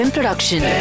Production